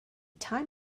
time